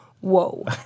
Whoa